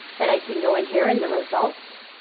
but i can go in here in the results